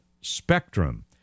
spectrum